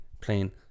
plain